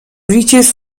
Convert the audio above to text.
reaches